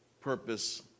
purpose